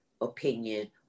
opinion